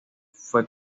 fue